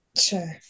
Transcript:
sure